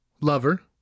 lover